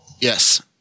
yes